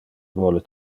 vole